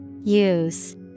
Use